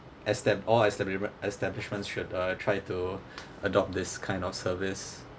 esta~ all establishme~ establishments should uh try to adopt this kind of service